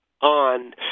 on